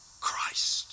Christ